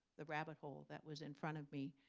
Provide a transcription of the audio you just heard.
the rabbit hole that was in front of me.